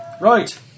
right